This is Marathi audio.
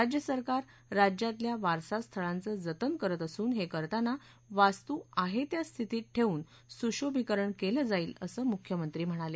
राज्य सरकार राज्यातल्या वारसास्थळांचं जतन करत असून हे करताना वास्तू आहे त्या स्थितीत ठेवून सुशोभिकरणही केलं जाईल असं मुख्यमंत्री म्हणाले